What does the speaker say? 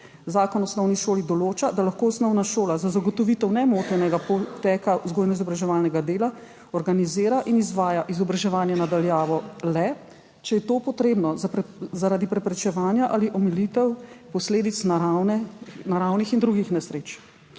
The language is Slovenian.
Zakon o osnovni šoli določa, da lahko osnovna šola za zagotovitev nemotenega poteka vzgojno-izobraževalnega dela organizira in izvaja izobraževanje na daljavo le, če je to potrebno zaradi preprečevanja ali omilitev posledic naravnih in drugih nesreč.